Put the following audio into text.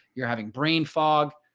you're having brain fog.